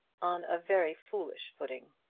on a very foolish footing.